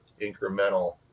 incremental